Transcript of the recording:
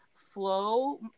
Flow